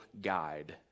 guide